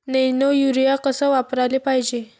Nano urea कस वापराले पायजे?